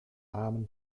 armen